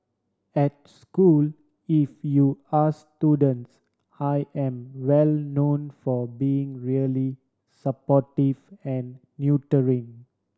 at school if you ask students I am well known for being really supportive and nurturing